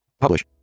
Publish